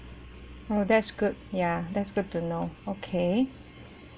oh that's good ya that's good to know okay